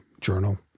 journal